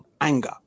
anger